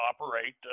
operate